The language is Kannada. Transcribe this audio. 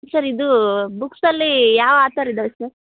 ಸರ್ ಇದು ಬುಕ್ಸಲ್ಲಿ ಯಾವ ಆತರ್ ಇದ್ದಾರೆ ಸರ್